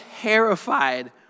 terrified